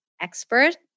expert